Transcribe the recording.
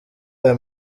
aya